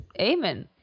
amen